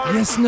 Yes